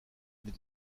des